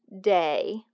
day